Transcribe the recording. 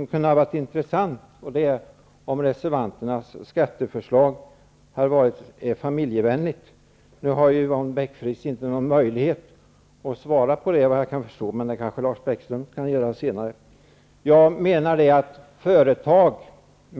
Det skulle ha varit intressant med ett svar, men Yvonne Sandberg Fries har, såvitt jag kan förstå, inte någon möjlighet att svara nu. Lars Bäckström kan kanske göra det senare. Jag menar, att om